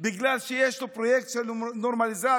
בגלל שיש לו פרויקט של נורמליזציה,